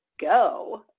go